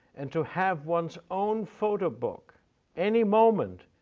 and to have one's own photo book any moment,